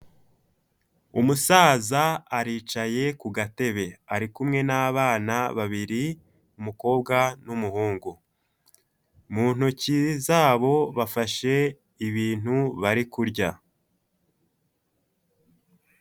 Umusaza aricaye ku gatebe, ari kumwe n'abana babiri, umukobwa n'umuhungu, mu ntoki zabo bafashe ibintu bari kurya.